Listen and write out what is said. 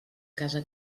casa